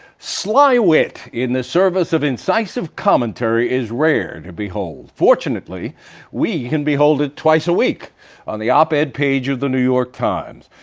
sly wit in the service of incisive commentary is rare to behold. fortunately we can behold it twice a week on the op ed page of the new york times.